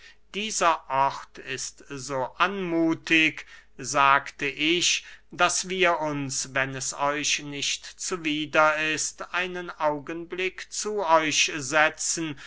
dieser ort ist so anmuthig sagte ich daß wir uns wenn es euch nicht zuwider ist einen augenblick zu euch setzen